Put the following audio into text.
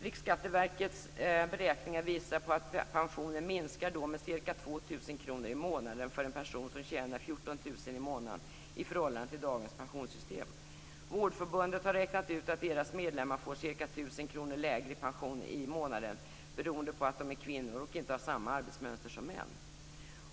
Riksskatteverkets beräkningar visar att pensionen minskar med ca Vårdförbundet har räknat ut att dess medlemmar får ca 1 000 kr lägre pension i månaden beroende på att de är kvinnor och inte har samma arbetsmönster som män.